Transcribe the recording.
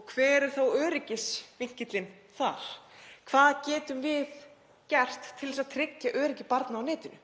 og hver er þá öryggisvinkillinn þar? Hvað getum við gert til þess að tryggja öryggi barna á netinu?